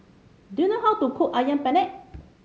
do you know how to cook Ayam Penyet